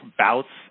bouts